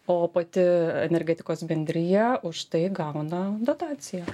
o pati energetikos bendrija už tai gauna dotaciją